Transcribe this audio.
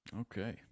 Okay